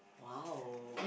!wow!